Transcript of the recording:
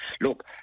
look